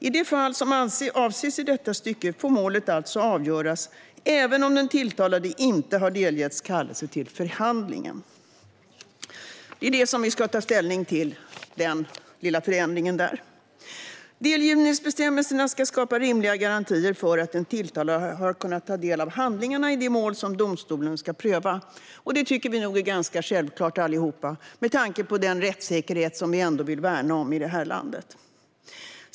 I de fall som avses i detta stycke får målet alltså avgöras även om den tilltalade inte har delgetts kallelse till förhandlingen. Genomförande av oskuldspresumtions-direktivet Det är denna lilla förändring som vi ska ta ställning till. Delgivningsbestämmelserna ska skapa rimliga garantier för att den tilltalade har kunnat ta del av handlingarna i det mål som domstolen ska pröva. Det tycker vi nog allihop är ganska självklart med tanke på den rättssäkerhet som vi ändå vill värna i detta land.